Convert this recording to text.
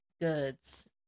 goods